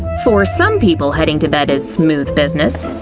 for some people, heading to bed is smooth business.